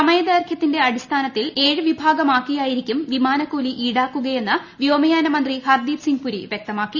സമയദൈർഘൃത്തിന്റെ അടിസ്ഥാനത്തിൽ ഏഴു വിഭാഗമാക്കിയായിരിക്കും വിമാനക്കൂലി ഈടാക്കുകയെന്ന് വ്യോമയാന മന്ത്രി ഹർദീപ് സിംഗ് പുരി വ്യക്തമാക്കി